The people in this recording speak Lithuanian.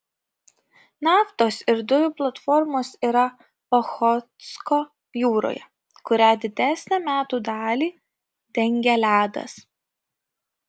naftos ir dujų platformos yra ochotsko jūroje kurią didesnę metų dalį dengia ledas